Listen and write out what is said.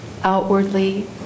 outwardly